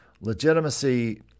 Legitimacy